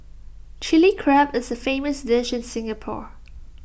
Chilli Crab is A famous dish in Singapore